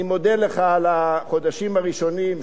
אני מודה לך על החודשים הראשונים,